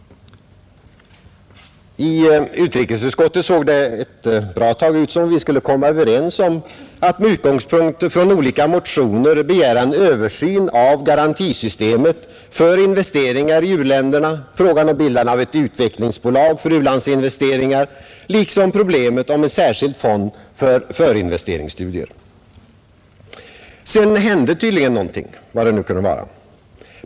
I utrikesutskottet såg det ett bra tag ut som om vi skulle komma överens om att med utgångspunkt från olika motioner begära en översyn av garantisystemet för investeringar i u-länderna, frågan om bildande av ett utvecklingsbolag för u-landsinvesteringar liksom problemet om en särskild fond för förinvesteringsstudier. Sedan hände tydligen någonting, vad det nu kunde vara.